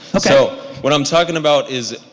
so what i'm talking about is,